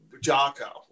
Jocko